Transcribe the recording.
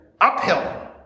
uphill